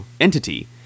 entity